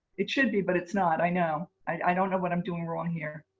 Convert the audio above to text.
it should be but it's not, i know. i don't know what i'm doing wrong here.